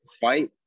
fight